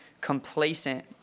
complacent